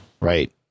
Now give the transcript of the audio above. Right